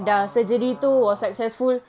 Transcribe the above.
oh